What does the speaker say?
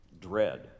dread